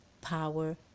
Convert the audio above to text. power